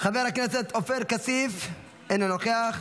חבר הכנסת עופר כסיף, אינו נוכח.